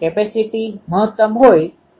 હવે